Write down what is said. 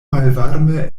malvarme